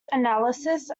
analysis